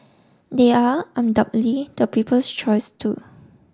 they are undoubtedly the people's choice too